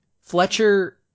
Fletcher